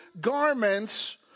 garments